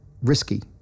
risky